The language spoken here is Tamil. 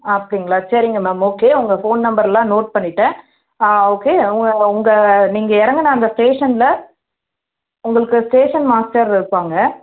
அப்படிங்களா சரிங்க மேம் ஓகே உங்கள் ஃபோன் நம்பரெலாம் நோட் பண்ணிவிட்டேன் ஆ ஓகே உங்கள் உங்கள் நீங்கள் இறங்குன அந்த ஸ்டேஷனில் உங்களுக்கு ஸ்டேஷன் மாஸ்டர் இருப்பாங்க